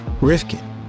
Rifkin